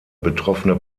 betroffene